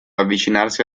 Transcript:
avvicinarsi